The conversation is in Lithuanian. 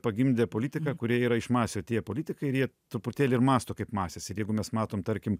pagimdė politiką kurie yra iš masių atėję politikai ir jie truputėlį ir mąsto kaip masės ir jeigu mes matom tarkim